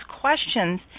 questions